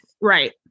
right